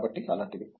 కాబట్టి అలాంటిది